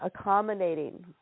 accommodating